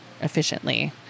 efficiently